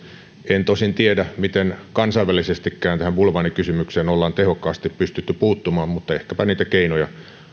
en tosin tiedä miten kansainvälisestikään tähän bulvaanikysymykseen ollaan tehokkaasti pystytty puuttumaan mutta ehkäpä niitä keinoja löytyy